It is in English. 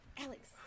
Alex